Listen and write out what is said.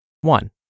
One